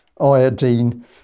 iodine